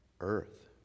earth